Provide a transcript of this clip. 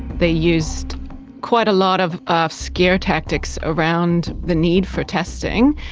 they used quite a lot of of scare tactics around the need for testing.